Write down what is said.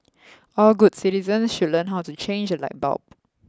all good citizens should learn how to change a light bulb